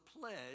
pledge